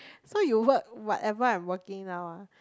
so you work whatever I'm working now lah